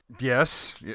Yes